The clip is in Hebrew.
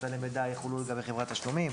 סלי מידע יחולו לגבי חברת תשלומים,